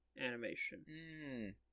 Animation